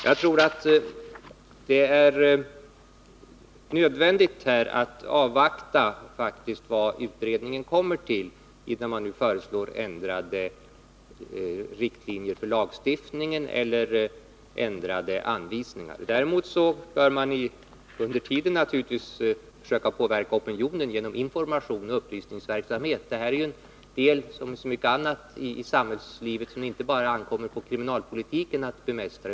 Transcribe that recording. Jag tror att det är nödvändigt att avvakta vad utredningen kommer fram till innan man föreslår ändrade riktlinjer för lagstiftningen eller ändrade anvisningar. Däremot bör man naturligtvis under tiden försöka påverka opinionen genom information och upplysningsverksamhet. Det här är — som så mycket annat — en del i samhällslivet som det inte enbart ankommer på kriminalpolitiken att bemästra.